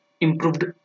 improved